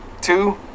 two